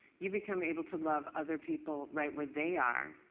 you become able to love other people right where they are,